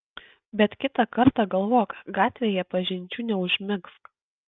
bet kitą kartą galvok gatvėje pažinčių neužmegzk